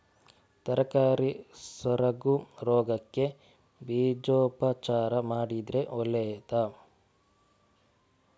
ತರಕಾರಿ ಸೊರಗು ರೋಗಕ್ಕೆ ಬೀಜೋಪಚಾರ ಮಾಡಿದ್ರೆ ಒಳ್ಳೆದಾ?